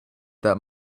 that